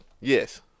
Yes